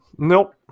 Nope